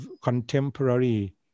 contemporary